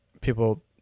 people